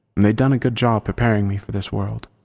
they'd done a good job preparing me for this world,